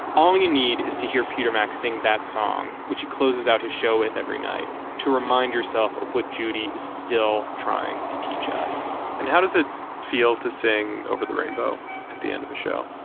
all you need is to hear peter max sing that song, which he closes out his show with every night to remind yourself of what judy is still trying to teach us and how does it feel to sing over the rainbow at the end of a show?